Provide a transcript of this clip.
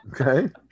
Okay